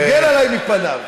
תגן עליי מפניו.